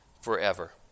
forever